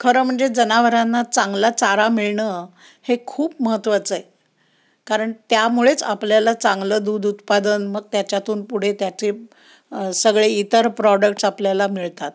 खरं म्हणजे जनावरांना चांगला चारा मिळणं हे खूप महत्वाचं आहे कारण त्यामुळेच आपल्याला चांगलं दूध उत्पादन मग त्याच्यातून पुढे त्याचे सगळे इतर प्रॉडक्ट्स आपल्याला मिळतात